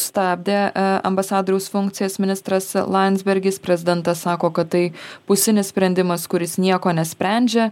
stabdė ambasadoriaus funkcijas ministras landsbergis prezidentas sako kad tai pusinis sprendimas kuris nieko nesprendžia